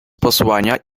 posłania